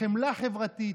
חמלה חברתית.